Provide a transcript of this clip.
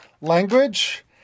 language